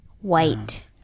White